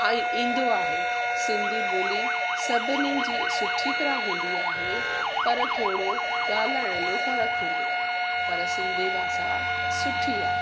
ऐं ईंदो आहे सिंधी ॿोली सभिनी जी सुठी तरह हूंदी आहे पर थोरो ॻाल्हाइण में फ़रकु हूंदो आहे पर सिंधी भाषा सुठी आहे